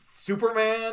Superman